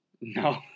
No